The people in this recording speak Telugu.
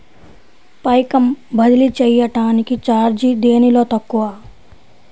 పైకం బదిలీ చెయ్యటానికి చార్జీ దేనిలో తక్కువ?